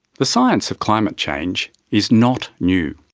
the science of climate change is not new.